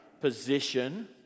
position